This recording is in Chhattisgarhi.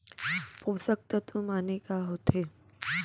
पोसक तत्व माने का होथे?